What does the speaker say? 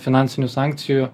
finansinių sankcijų